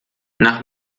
nach